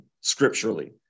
Scripturally